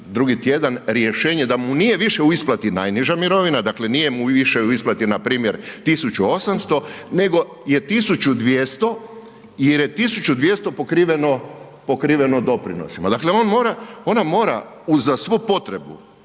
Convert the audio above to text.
drugi tjedan rješenje da mu nije više u isplati najniža mirovina, dakle nije mu više u isplati npr. 1.800 nego je 1.200 jer je 1.200 pokriveno doprinosima. Dakle, on mora, ona mora uza svu potrebu